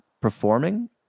performing